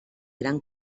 gran